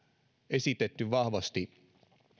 esitetty vahvasti